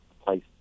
place